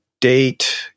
date